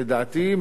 לדעתי,